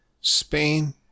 Spain